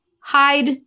hide